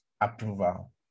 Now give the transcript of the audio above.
approval